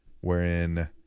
wherein